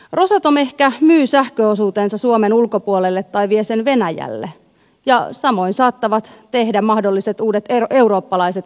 rosatom ehkä myy sähköosuutensa suomen ulkopuolelle tai vie sen venäjälle ja samoin saattavat tehdä mahdolliset uudet eurooppalaiset osakkaatkin